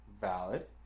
Valid